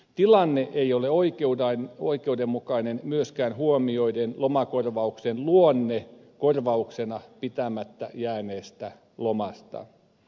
tilanne ei ole oikeudenmukainen myöskään kun huomioidaan lomakorvauksen luonne korvauksena pitämättä jääneestä lomasta